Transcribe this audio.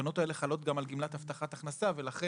התקנות האלה חלות גם על גימלת הבטחת הכנסה ולכן